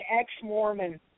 ex-Mormon